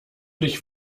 dich